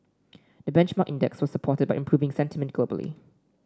the benchmark index was supported by improving sentiment globally